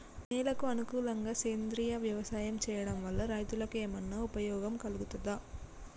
నేలకు అనుకూలంగా సేంద్రీయ వ్యవసాయం చేయడం వల్ల రైతులకు ఏమన్నా ఉపయోగం కలుగుతదా?